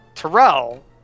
Terrell